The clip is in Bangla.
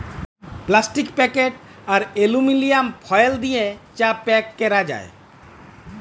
প্লাস্টিক প্যাকেট আর এলুমিলিয়াম ফয়েল দিয়ে চা প্যাক ক্যরা যায়